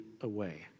away